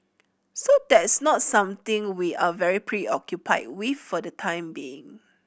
so that's not something we are very preoccupied with for the time being